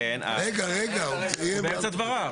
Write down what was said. בכל מקרה אין הצבעות.